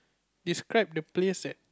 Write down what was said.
describe the place that